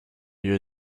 you